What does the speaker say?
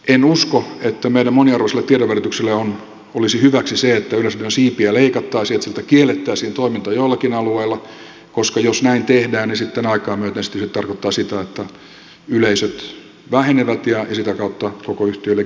en usko että meidän moniarvoiselle tiedonvälityksellemme olisi hyväksi se että yleisradion siipiä leikattaisiin että siltä kiellettäisiin toiminta jollakin alueella koska jos näin tehdään niin sitten aikaa myöten se tarkoittaa sitä että yleisöt vähenevät ja sitä kautta koko yhtiön legitimiteetti heikkenee